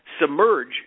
submerge